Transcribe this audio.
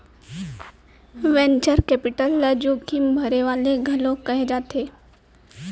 venture capital ल जोखिम भरे वाले घलोक कहे जाथे